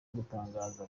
gutangaza